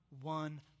one